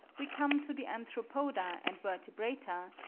we come to the arthropoda and vertebrata,